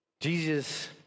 Jesus